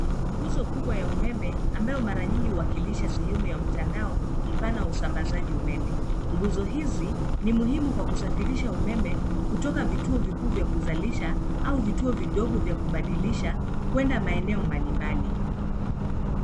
Nguzo kubwa ya umeme ambayo mara nyingi huwakilisha sehemu ya mtandao mpana wa usambazaji umeme. Nguzo hizo ni muhimu kwa kusafirisha umeme kutoka vituo vikuu vya kuzalisha au vituo vidogo vya kubadilisha, kwenda maeneo mbali mbali.